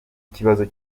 ikibazo